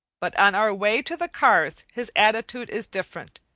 but on our way to the cars his attitude is different.